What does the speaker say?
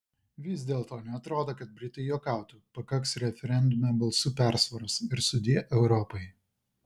vis dėlto neatrodo kad britai juokautų pakaks referendume balsų persvaros ir sudie europai